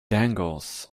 dangles